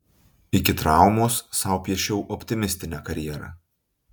iki traumos sau piešiau optimistinę karjerą